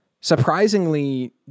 surprisingly